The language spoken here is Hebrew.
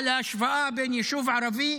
על ההשוואה בין יישוב ערבי